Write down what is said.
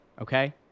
okay